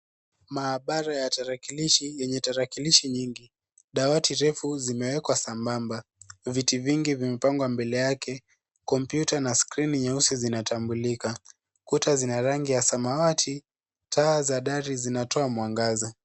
Maabara ya tarakilishi yenye tarakilishi nyingi. Dawati refu zimewekwa sambamba. Viti vingi vimepangwa mbele yake. Kompyuta na skrini nyeusi zinatambulika. Kuta zina rangi ya samawati. Taa za dari zinatoa mwangaza.